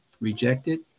rejected